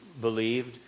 believed